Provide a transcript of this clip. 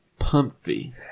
pumpy